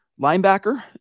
linebacker